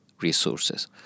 resources